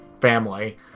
family